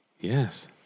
Yes